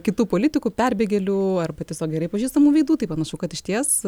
kitų politikų perbėgėlių arba tiesiog gerai pažįstamų veidų tai panašu kad išties